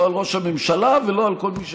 לא על ראש הממשלה ולא על כל מי שקשור,